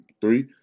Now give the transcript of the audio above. three